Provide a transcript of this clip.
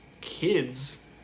kids